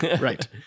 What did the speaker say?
right